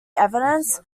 evidence